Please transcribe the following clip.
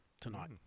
tonight